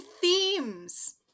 themes